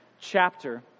chapter